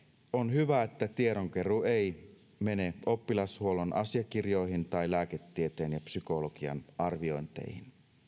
hyvä että tiedonkeruu ei mene oppilashuollon asiakirjoihin tai lääketieteen ja psykologian arviointeihin